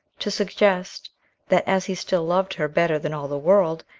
to suggest that as he still loved her better than all the world,